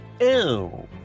Ew